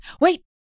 Wait